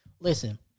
listen